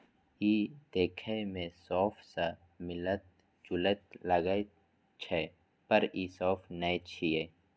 ई देखै मे सौंफ सं मिलैत जुलैत लागै छै, पर ई सौंफ नै छियै